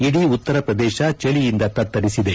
ಇದೀ ಉತ್ತರ ಪ್ರದೇಶ ಚಳಿಯಿಂದ ತತ್ತರಿಸಿದೆ